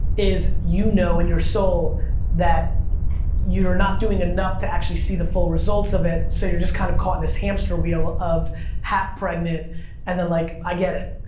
is you know in your soul that you are not doing enough to actually see the full results of it, so you're just kind of, caught in this hamster wheel of half-pregnant and then like, i get it.